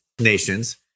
Nations